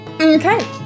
Okay